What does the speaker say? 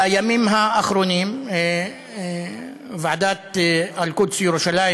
בימים האחרונים ועדת אל-קודס-ירושלים